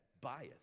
bias